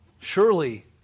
Surely